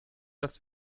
das